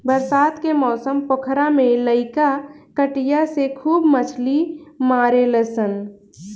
बरसात के मौसम पोखरा में लईका कटिया से खूब मछली मारेलसन